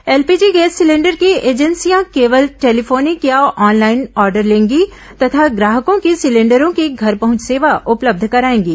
LPG gas cylinder की एजेंसियां केवल टेलीफोनिक या ऑनलाइन ऑर्डर लेंगी तथा ग्राहकों की सिलेंडरों की घर पहुंच सेवा उपलब्ध कराएंगी